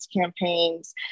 campaigns